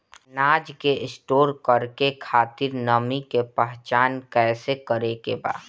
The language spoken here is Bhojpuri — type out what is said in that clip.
अनाज के स्टोर करके खातिर नमी के पहचान कैसे करेके बा?